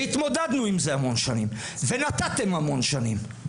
והתמודדנו עם זה המון שנים ונתתם המון שנים.